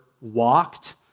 walked